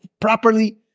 properly